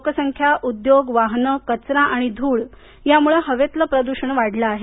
लोकसंख्या उद्योग वाहनं कचरा आणि धूळ यामुळे हवेतील प्रदूषण वाढलं आहे